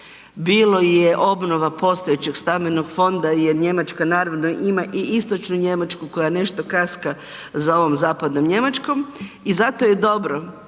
bilo je obnova postojećeg stambenog fonda jer Njemačka naravno ima i istočnu Njemačku koja nešto kaska za ovom zapadnom Njemačkom i zato je dobro,